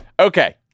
Okay